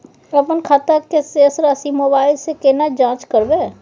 अपन खाता के शेस राशि मोबाइल से केना जाँच करबै?